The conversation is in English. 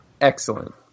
Excellent